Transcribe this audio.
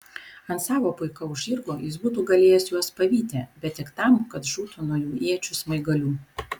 ant savo puikaus žirgo jis būtų galėjęs juos pavyti bet tik tam kad žūtų nuo jų iečių smaigalių